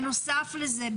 בנוסף לזה,